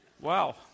wow